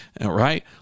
Right